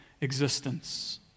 existence